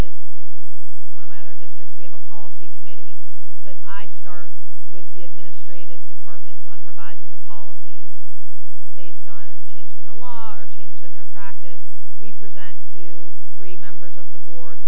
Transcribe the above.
is one of my other districts we have a policy committee but i start with the administrative departments on revising the policies based on changed in the law or changes in their practice we present to three members of the board